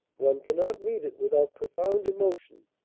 one cannot read it without profound emo tion,